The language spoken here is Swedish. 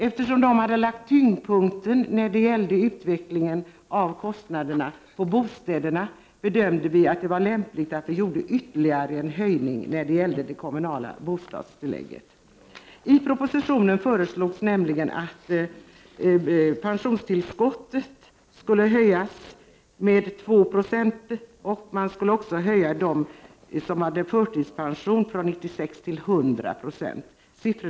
Eftersom man hade lagt tyngdpunkten när det gäller utvecklingen av kostnaderna på bostäderna, bedömde vi att det var lämpligt att ytterligare höja det kommunala bostadstillägget. I propositionen föreslogs nämligen att pensionstillskottet skulle höjas ungefär 2 76. Man skulle också höja det för förtidspensionen från 96 till 100 26.